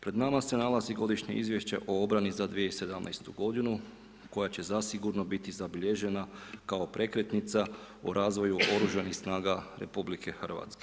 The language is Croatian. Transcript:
Pred nama se nalazi Godišnje izvješće o obrani za 2017. godinu koja će zasigurno biti zabilježena kao prekretnica o razvoju Oružanih snaga RH.